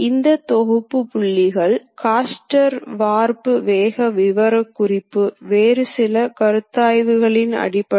இவை இந்த இயந்திரத்தை அதிக பணம் கொடுத்து வாங்குவதன் மூலம் நமக்கு கிடைக்கும் நன்மைகள் ஆகும்